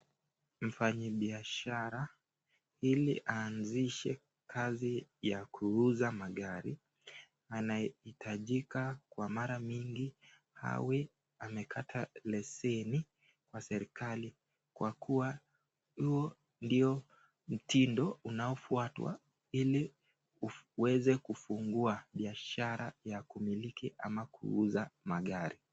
Mfanyi biashara ili aanzishe kazi ya kuuza magari, anahitajika kwa mara mingi awe amekata leseni kwa serikali kwa kuwa huo ndio mtindo unaofutwa ili uweze kufungua biashara ya kumiliki ama kuuza magari.